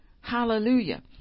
hallelujah